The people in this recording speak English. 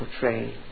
portray